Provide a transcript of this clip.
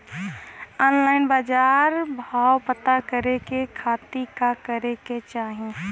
Online बाजार भाव पता करे के खाती का करे के चाही?